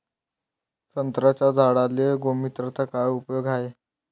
संत्र्याच्या झाडांले गोमूत्राचा काय उपयोग हाये?